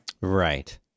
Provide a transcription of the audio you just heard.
right